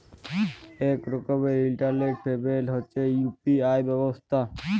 ইক রকমের ইলটারলেট পেমেল্ট হছে ইউ.পি.আই ব্যবস্থা